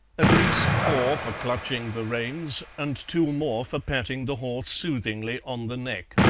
at least four for clutching the reins, and two more for patting the horse soothingly on the neck.